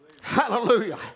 Hallelujah